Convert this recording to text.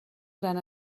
gran